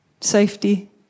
safety